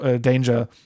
danger